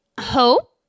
hope